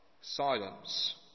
silence